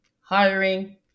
hiring